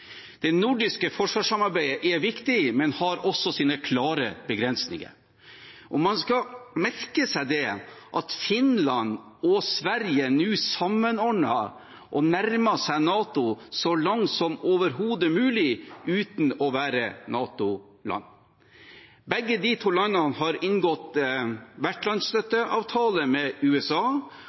Det nordiske forsvarssamarbeidet er viktig, men det har også sine klare begrensninger. Man skal merke seg at Finland og Sverige nå nærmer seg NATO så langt som overhodet mulig uten å være NATO-land. Begge de to landene har inngått vertslandsstøtteavtale med USA.